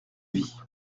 vie